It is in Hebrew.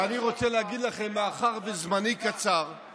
חבר הכנסת גנץ, אני מבקש לשאול אותך שאלה.